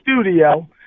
studio